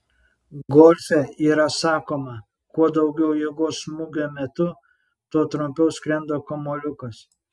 golfe yra sakoma kuo daugiau jėgos smūgio metu tuo trumpiau skrenda kamuoliukas